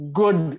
good